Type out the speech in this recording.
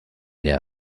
der